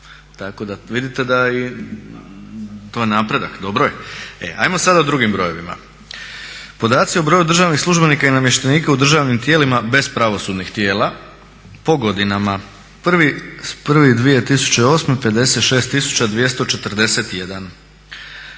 Tako da vidite da to je napredak, dobro je. E, ajmo sada o drugim brojevima. Podaci o broju državnih službenika i namještenika u državnim tijelima bez pravosudnih tijela po godinama. 1.1.2008. 56 241,